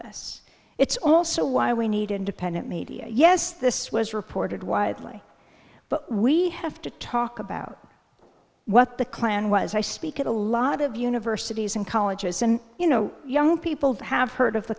this it's also why we need independent media yes this was reported widely but we have to talk about what the klan was i speak at a lot of universities and colleges and you know young people have heard of the